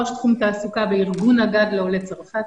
ראש תחום תעסוקה בארגון הגג לעולי צרפת,